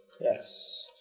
Yes